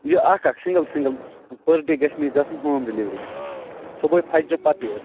یہِ اَکھ اَکھ سِنٛگٕل سِنٛگل پٔر ڈے گَژھِ مےٚ یہِ گژھُن ہوم ڈِلِؤری صُبحٲے فجرٕ پَتے حظ